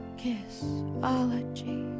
kissology